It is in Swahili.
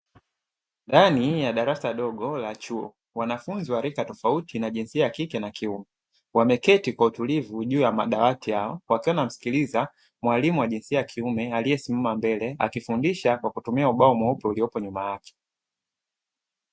Ndani ya darasa dogo la chuo, wanafunzi wa rika tofauti na jinsia ya kike na kiume, wameketi kwa utulivu juu ya madawati yao, wakiwa wanamsikiliza mwalimu wa jinsia ya kiume aliyesimama mbele, akifundisha kwa kutumia ubao mweupe uliopo nyuma yake.